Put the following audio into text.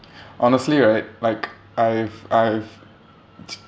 honestly right like I've I've